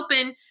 open